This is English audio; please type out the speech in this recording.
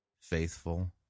faithful